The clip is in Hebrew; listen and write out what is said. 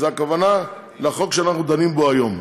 הכוונה היא לחוק שאנחנו דנים בו היום.